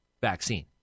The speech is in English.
vaccine